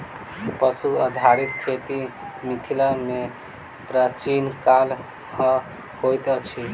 पशु आधारित खेती मिथिला मे प्राचीन काल सॅ होइत अछि